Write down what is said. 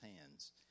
hands